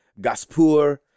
gaspur